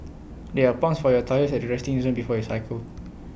there are pumps for your tyres at the resting zone before you cycle